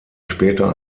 später